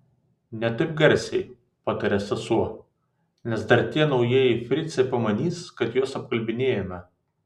ne taip garsiai patarė sesuo nes dar tie naujieji fricai pamanys kad juos apkalbinėjame